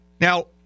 Now